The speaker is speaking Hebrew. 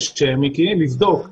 אז קודם כל תודה,